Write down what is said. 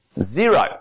zero